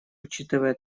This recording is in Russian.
учитывая